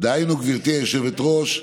גברתי היושבת-ראש,